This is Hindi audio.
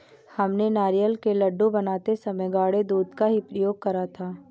हमने नारियल के लड्डू बनाते समय गाढ़े दूध का ही प्रयोग करा था